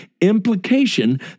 implication